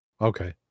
Okay